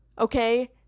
okay